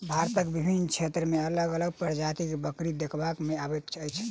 भारतक विभिन्न क्षेत्र मे अलग अलग प्रजातिक बकरी देखबा मे अबैत अछि